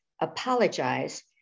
apologize